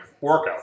workout